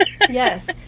Yes